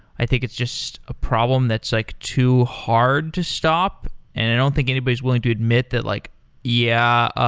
i think it's just a problem that's like too hard to stop and i don't think anybody is willing to admit that, like yeah, ah